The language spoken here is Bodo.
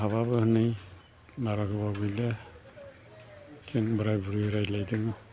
हाबायाबो हनै बारा गोबाव गैले जों बोर बुरि रायज्लायदों